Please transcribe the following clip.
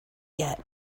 yet